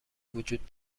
وجود